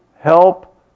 help